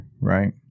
Right